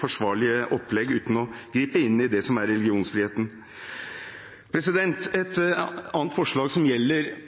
forsvarlige opplegg, uten å gripe inn i det som er religionsfriheten. Et annet forslag, som gjelder